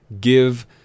give